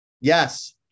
Yes